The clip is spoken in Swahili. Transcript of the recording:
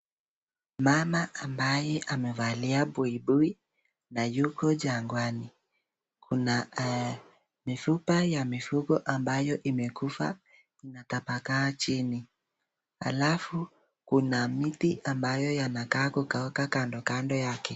Mama ambaye amevalia buibui na yuko jangwani. Kuna mifupa ya mifugo ambayo imekufa na imetapakaa chini alafu kuna miti ambayo yanakaa kukauka kando yake.